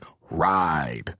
ride